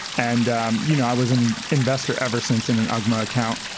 and you know i was an investor ever since in an ugma account.